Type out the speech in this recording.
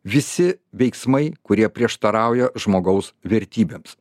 visi veiksmai kurie prieštarauja žmogaus vertybėms